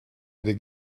eddie